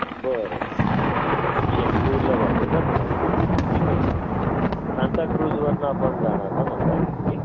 बरं चेंबूरला जायचं आहे का तुम्हाला हां हां ठीक आहे ठीक आहे सांताक्रूजवरनं आपण जाणार ना म्हणताय तुम्ही